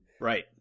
Right